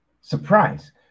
surprise